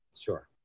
Sure